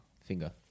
Finger